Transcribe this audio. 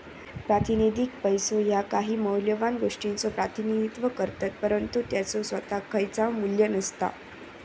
प्रातिनिधिक पैसो ह्या काही मौल्यवान गोष्टीचो प्रतिनिधित्व करतत, परंतु त्याचो सोताक खयचाव मू्ल्य नसता